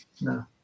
no